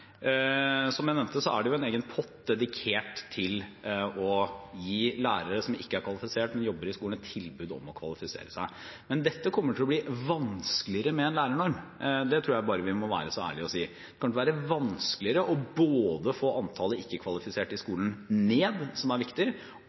som jeg nevnte, er det en egen pott dedikert til å gi lærere som ikke er kvalifiserte, men jobber i skolen, et tilbud om å kvalifisere seg. Men dette kommer til å bli vanskeligere med en lærernorm. Det tror jeg bare vi må være så ærlige å si. Det kommer til å være vanskeligere å få antallet ikke-kvalifiserte i skolen ned – som er viktig